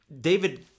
David